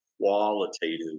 qualitative